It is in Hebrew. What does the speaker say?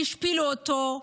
השפילו אותו,